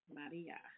Maria